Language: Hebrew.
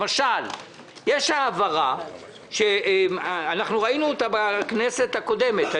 למשל יש העברה שראינו בכנסת הקודמת.